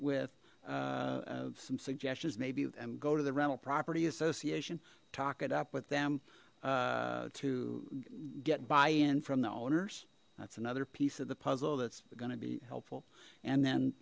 with some suggestions maybe them go to the rental property association talk it up with them to get buy in from the owners that's another piece of the puzzle that's going to be helpful and then